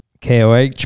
KOH